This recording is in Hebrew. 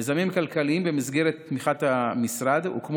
מיזמים כלכליים: במסגרת תמיכת המשרד הוקמו